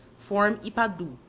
form ypadu.